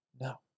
No